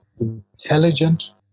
intelligent